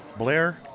Blair